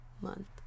month